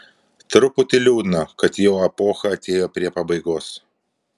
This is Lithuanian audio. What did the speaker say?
truputį liūdna kad jo epocha atėjo prie pabaigos